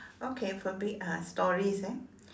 okay for me uh stories eh